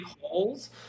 holes